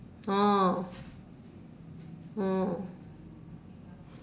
orh oh